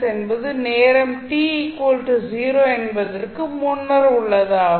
என்பது நேரம்என்பதற்கு முன்னர் உள்ளதாகும்